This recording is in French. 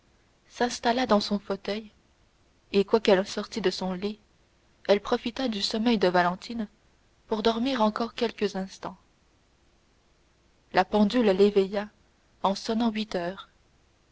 s'installa dans son fauteuil et quoiqu'elle sortît de son lit elle profita du sommeil de valentine pour dormir encore quelques instants la pendule l'éveilla en sonnant huit heures